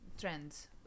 trends